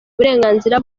uburenganzira